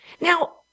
Now